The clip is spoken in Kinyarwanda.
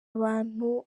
abantu